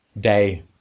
Day